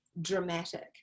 dramatic